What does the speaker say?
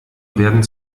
werden